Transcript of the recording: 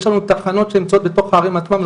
יש לנו תחנות שנמצאות בתוך הערים עצמם,